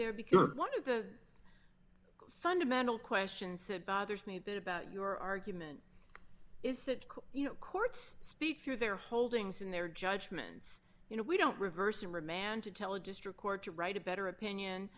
there because one of the fundamental questions said bothers me a bit about your argument is that you know courts speak through their holdings in their judgments you know we don't reverse and remand to tell a district court to write a better opinion